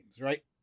right